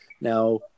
now